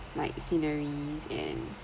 like sceneries and